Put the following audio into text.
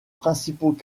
principaux